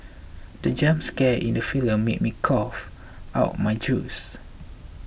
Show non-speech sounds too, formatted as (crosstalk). (noise) the jump scare in the film made me cough out my juice